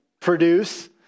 produce